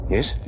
Yes